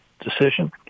decision